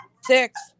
Six